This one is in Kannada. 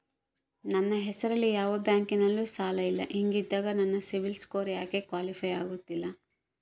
ನನ್ನ ಹೆಸರಲ್ಲಿ ಯಾವ ಬ್ಯಾಂಕಿನಲ್ಲೂ ಸಾಲ ಇಲ್ಲ ಹಿಂಗಿದ್ದಾಗ ನನ್ನ ಸಿಬಿಲ್ ಸ್ಕೋರ್ ಯಾಕೆ ಕ್ವಾಲಿಫೈ ಆಗುತ್ತಿಲ್ಲ?